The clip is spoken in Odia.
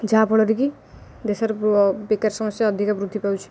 ଯାହାଫଳରେ କି ଦେଶର ବେକାର ସମସ୍ୟା ଅଧିକ ବୃଦ୍ଧି ପାଉଛି